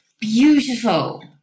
Beautiful